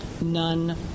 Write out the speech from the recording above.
none